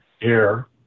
air